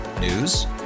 News